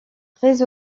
très